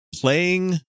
playing